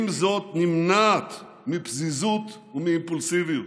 עם זאת, נמנעת מפזיזות ומאימפולסיביות.